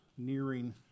nearing